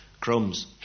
Crumbs